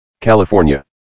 California